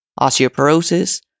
osteoporosis